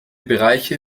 bereiche